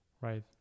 right